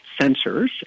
sensors